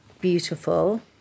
beautiful